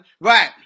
Right